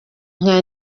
nka